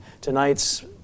Tonight's